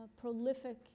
prolific